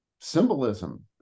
symbolism